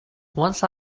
once